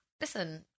listen